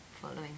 following